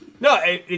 No